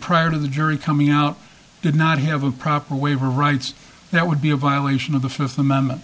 prior to the jury coming out did not have a proper waiver rights that would be a violation of the fifth amendment